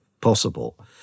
possible